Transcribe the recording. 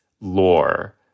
lore